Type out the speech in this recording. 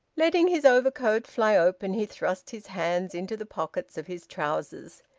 letting his overcoat fly open, he thrust his hands into the pockets of his trousers.